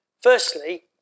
Firstly